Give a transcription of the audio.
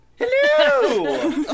Hello